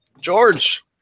George